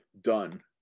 done